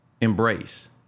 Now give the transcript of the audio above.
embrace